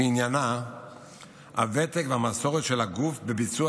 שעניינה "הוותק והמסורת של הגוף בביצוע